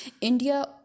India